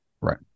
Right